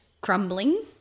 crumbling